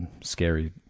scary